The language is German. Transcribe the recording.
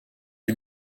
die